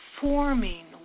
forming